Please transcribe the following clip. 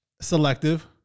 Selective